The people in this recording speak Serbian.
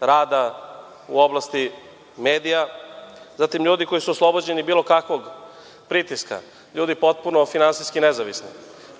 rada u oblasti medija. Zatim, ljudi koji su oslobođeni bilo kakvog pritiska, ljudi potpuno finansijski nezavisni,